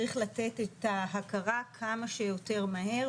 צריך לתת את ההכרה כמה שיותר מהר,